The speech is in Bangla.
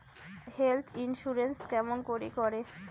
হেল্থ ইন্সুরেন্স কেমন করি করে?